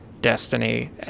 Destiny